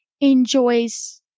enjoys